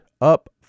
up